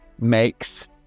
makes